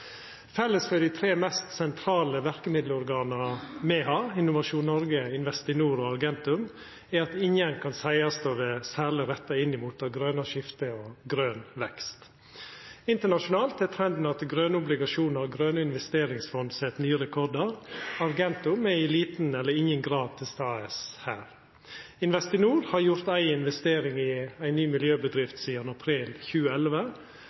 Felles for dei tre mest sentrale verkemiddelorgana me har – Innovasjon Noreg, Investinor og Argentum – er at ingen kan seiast å vera særleg retta inn mot det grøne skiftet og grøn vekst. Internasjonalt er trenden at grøne obligasjonar og grøne investeringsfond set nye rekordar. Argentum er i liten eller ingen grad til stades her. Investinor har gjort ei investering i ei ny miljøbedrift sidan april 2011,